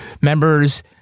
members